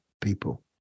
people